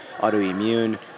autoimmune